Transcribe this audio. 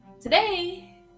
today